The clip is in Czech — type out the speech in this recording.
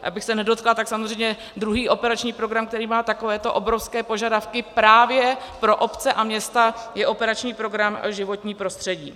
Abych se nedotkla, tak samozřejmě druhý operační program, který má takovéto obrovské požadavky právě pro obce a města, je operační program Životní prostředí.